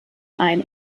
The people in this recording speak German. ein